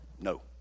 No